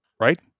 right